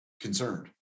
concerned